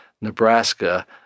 Nebraska